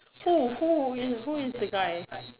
who who is who is the guy